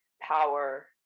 power